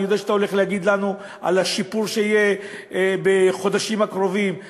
אני יודע שאתה הולך להגיד לנו שיהיה שיפור בחודשים הקרובים,